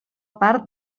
part